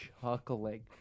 chuckling